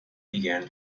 began